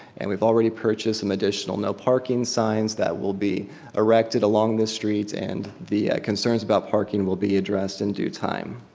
and we've already purchased some additional no parking signs that will be erected along the streets and the concerns about parking will be addressed in due time.